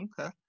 okay